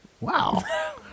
Wow